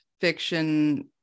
fiction